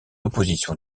opposition